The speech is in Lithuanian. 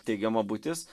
teigima būtis